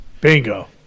Bingo